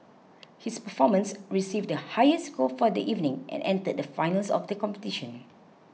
his performance received the highest score for the evening and entered the finals of the competition